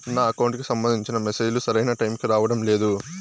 నా అకౌంట్ కు సంబంధించిన మెసేజ్ లు సరైన టైము కి రావడం లేదు